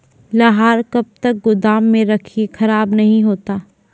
लहार कब तक गुदाम मे रखिए खराब नहीं होता?